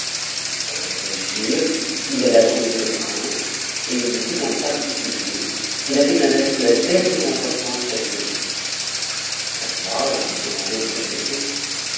pour y réussir il alla trouver ce prince et lui dit en particulier qu'il avait un avis de la dernière importance à lui donner le roi lui ayant demandé ce que c'était